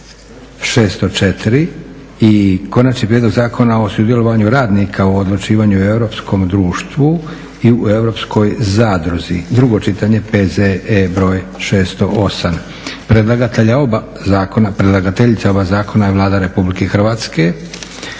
604 - Konačni prijedlog zakona o sudjelovanju radnika u odlučivanju u Europskom društvu (SE) i u Europskoj zadruzi (SCE), drugo čitanje, P.Z.E. br. 608; Predlagateljica oba zakona je Vlada Republike Hrvatske.